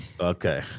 Okay